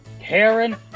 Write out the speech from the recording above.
Karen